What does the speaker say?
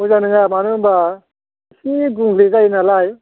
मोजां नङा मानो होमबा इसे गुबुंले जायो नालाय